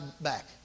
back